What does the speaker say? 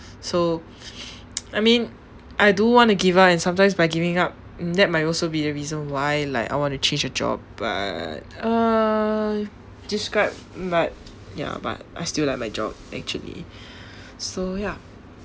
so I mean I do want to give up and sometimes by giving up mm that might also be the reason why like I want to change the job but uh describe mm but ya but I still like my job actually so ya